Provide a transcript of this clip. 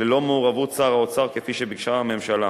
ללא מעורבות שר האוצר כפי שביקשה הממשלה,